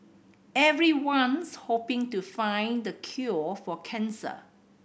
everyone's hoping to find the cure for cancer